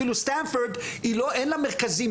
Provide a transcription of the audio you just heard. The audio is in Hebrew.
אפילו סטנפורד אין לה מרכזים,